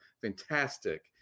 fantastic